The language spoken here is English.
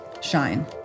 shine